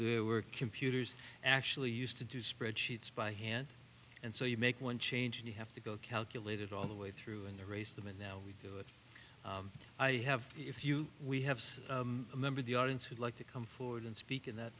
there were computers actually used to do spreadsheets by hand and so you make one change and you have to go calculated all the way through in the race them and now we do it i have if you we have a member of the audience who'd like to come forward and speak in that